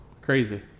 Crazy